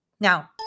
Now